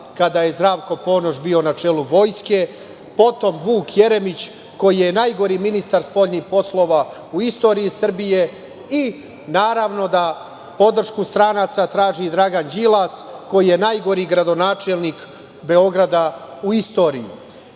kada je Zdravko Ponoš bio na čelu vojske, potom Vuk Jeremić, koji je najgori ministar spoljnih poslova u istoriji Srbije. Naravno da podršku stranaca traži i Dragan Đilas, koji je najgori gradonačelnik Beograda u istoriji.